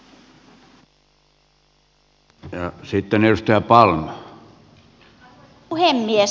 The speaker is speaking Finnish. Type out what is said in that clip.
arvoisa puhemies